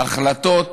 החלטות